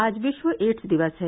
आज विश्व एड्स दिवस है